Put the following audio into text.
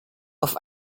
auf